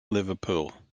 liverpool